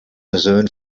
rhön